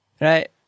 Right